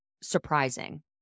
surprising